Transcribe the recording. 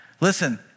Listen